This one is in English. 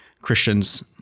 Christians